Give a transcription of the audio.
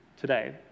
today